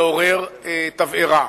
לעורר תבערה.